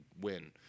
win